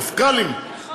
מפכ"לים, נכון.